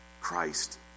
Christ